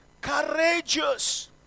courageous